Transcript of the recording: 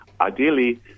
ideally